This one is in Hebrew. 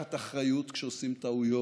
לקחת אחריות כשעושים טעויות,